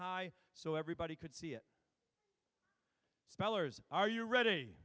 high so everybody could see it spellers are you ready